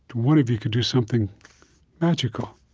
one of you could do something magical,